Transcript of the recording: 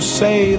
say